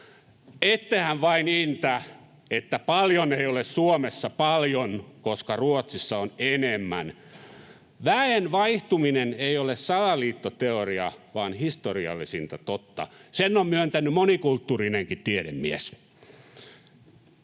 Ettehän vain intä, että paljon ei ole Suomessa paljon, koska Ruotsissa on enemmän. Väen vaihtuminen ei ole salaliittoteoria vaan historiallisinta totta, sen on myöntänyt monikulttuurinenkin tiedemies.